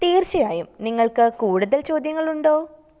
തീർച്ചയായും നിങ്ങൾക്ക് കൂടുതൽ ചോദ്യങ്ങളുണ്ടോ